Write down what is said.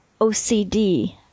OCD